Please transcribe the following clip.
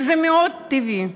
וזה מאוד טבעי.